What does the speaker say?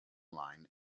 line